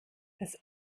das